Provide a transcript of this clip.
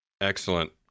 excellent